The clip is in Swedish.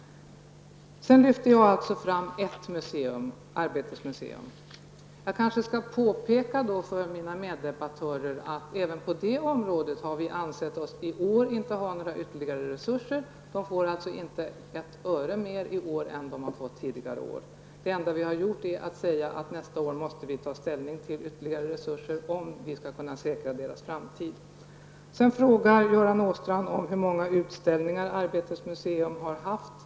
Sedan lyfte jag alltså fram ett museum, Arbetets museum. Jag kanske skall påpeka för mina meddebattörer att inte heller på det området har vi i år ansett oss ha några ytterligare resurser. Museet får alltså inte ett öre mer i år än tidigare år. Det enda vi gjort är att säga att nästa år måste vi ta ställning till ytterligare resurser om dess framtid skall kunna säkras. Arbetets museum har haft.